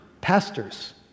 pastors